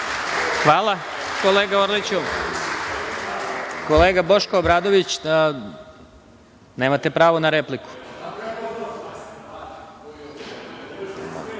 Hvala kolega Orliću. Kolega Boško Obradović, nemate pravo na repliku.(Boško